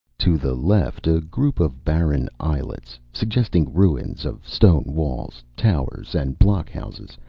to the left a group of barren islets, suggesting ruins of stone walls, towers, and blockhouses,